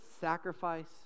sacrifice